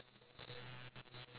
oh my gosh